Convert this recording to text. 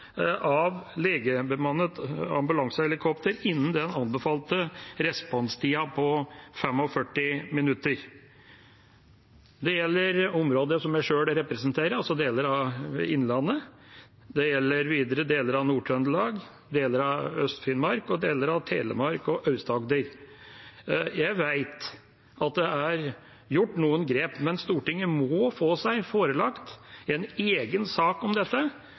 av legebemannet ambulansehelikopter innen den anbefalte responstiden på 45 minutter. Det gjelder området jeg sjøl representerer, altså deler av Innlandet. Det gjelder videre deler av Nord-Trøndelag, deler av Øst-Finnmark og deler av Telemark og Aust-Agder. Jeg vet at det er tatt noen grep, men Stortinget må få seg forelagt en egen sak om dette,